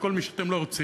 וכל מי שאתם לא רוצים.